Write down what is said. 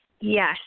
Yes